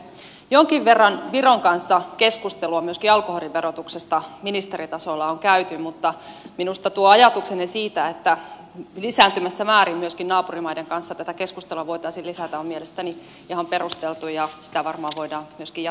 jonkin verran viron kanssa keskustelua myöskin alkoholin verotuksesta ministeritasolla on käyty mutta minusta tuo ajatuksenne siitä että lisääntyvässä määrin myöskin naapurimaiden kanssa tätä keskustelua voitaisiin lisätä on mielestäni ihan perusteltu ja sitä varmaa voida viskiä